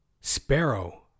sparrow